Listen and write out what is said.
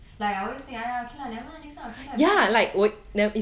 yes like I always think !aiya! okay lah never mind lah next time I'll come back and buy lah